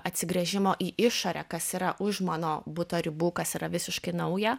atsigręžimo į išorę kas yra už mano buto ribų kas yra visiškai nauja